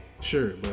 sure